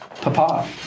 Papa